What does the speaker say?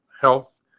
health